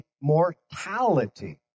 mortality